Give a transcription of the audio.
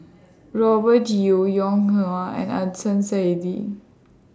Robert Yeo Ong Ah Hoi and Saidi